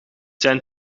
zijn